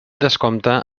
descompte